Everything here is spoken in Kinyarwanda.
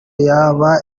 yaba